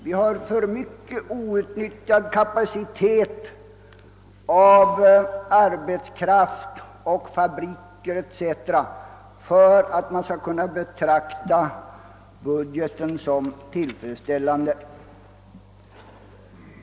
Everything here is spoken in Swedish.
Vi har för mycket outnyttjad kapacitet av arbetskraft och fabriker etc. för att man skall kunna betrakta budgeten som tillfredsställande.